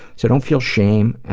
so don't feel shame.